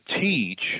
teach